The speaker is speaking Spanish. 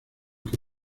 que